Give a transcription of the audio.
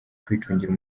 kwicungira